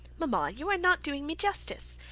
mama, you are not doing me justice.